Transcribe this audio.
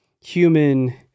human